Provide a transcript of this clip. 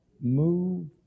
move